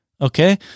Okay